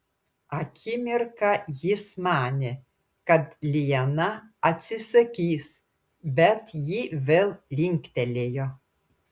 akimirką jis manė kad liana atsisakys bet ji vėl linktelėjo